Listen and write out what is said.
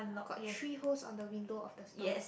got three holes on the window of the store